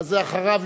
אז אחריו